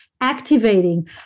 activating